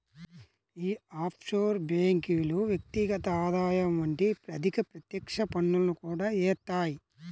యీ ఆఫ్షోర్ బ్యేంకులు వ్యక్తిగత ఆదాయం వంటి అధిక ప్రత్యక్ష పన్నులను కూడా యేత్తాయి